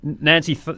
Nancy